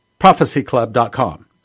prophecyclub.com